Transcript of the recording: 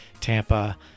Tampa